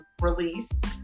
released